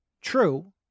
true